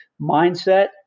mindset